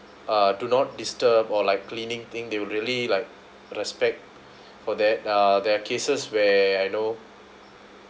uh do not disturb or like cleaning thing they will really like respect for that uh there are cases where I know